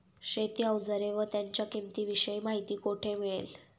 शेती औजारे व त्यांच्या किंमतीविषयी माहिती कोठे मिळेल?